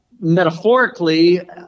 metaphorically